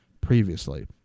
previously